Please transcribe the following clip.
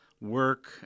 work